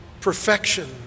perfection